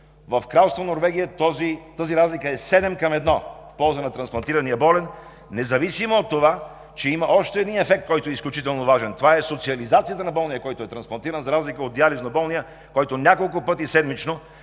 в Кралство Норвегия тази разлика е седем към едно в полза на трансплантираният болен, независимо от това, че има още един ефект, който е изключително важен – това е социализацията на болния, който е трансплантиран, за разлика от диализно болния, който няколко пъти седмично